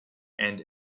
and